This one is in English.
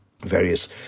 various